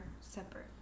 separate